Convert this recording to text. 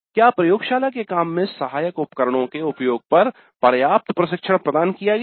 क्या प्रयोगशाला के काम में सहायक उपकरणों के उपयोग पर पर्याप्त प्रशिक्षण प्रदान किया गया है